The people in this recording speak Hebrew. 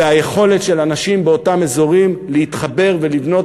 והיכולת של אנשים באותם אזורים להתחבר ולבנות